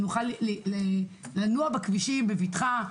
שנוכל לנוע בכבישים בבטחה,